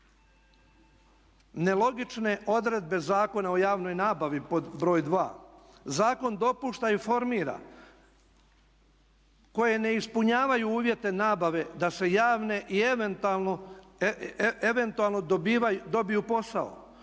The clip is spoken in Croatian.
Nelogične odredbe Zakona o javnoj nabavi pod broj 2. Zakon dopušta i formira koje ne ispunjavaju uvjete nabave da se javne i eventualno dobiju posao.